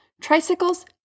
tricycles